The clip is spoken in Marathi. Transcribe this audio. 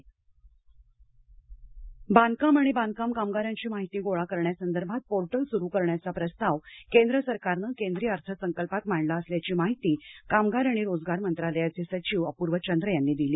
पोर्टल माधरी बांधकाम आणि बांधकाम कामगारांची माहिती गोळा करण्यासंदर्भात पोर्टल सुरु करण्याचा प्रस्ताव केंद्र सरकारनं केंद्रीय अर्थसंकल्पात मांडला असल्याची माहिती कामगार आणि रोजगार मंत्रालयाचे सचिव अपूर्व चंद्र यांनी दिली